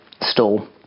stall